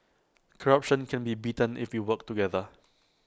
corruption can be beaten if we work together